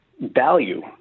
value